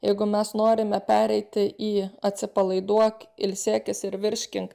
jeigu mes norime pereiti į atsipalaiduok ilsėkis ir virškink